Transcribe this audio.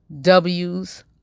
W's